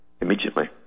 Immediately